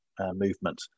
movement